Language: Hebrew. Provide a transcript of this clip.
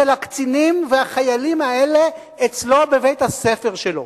הקצינים והחיילים האלה אצלו בבית-הספר שלו.